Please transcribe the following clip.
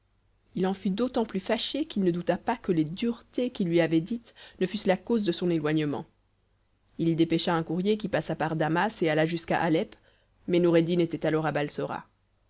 il en fut d'autant plus fâché qu'il ne douta pas que les duretés qu'il lui avait dites ne fussent la cause de son éloignement il dépêcha un courrier qui passa par damas et alla jusqu'à alep mais noureddin était alors